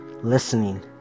listening